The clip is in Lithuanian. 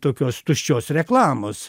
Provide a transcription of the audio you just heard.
tokios tuščios reklamos